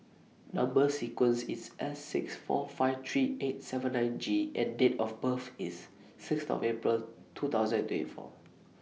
Number sequence IS S six four five three eight seven nine G and Date of birth IS six of April two thousand and twenty four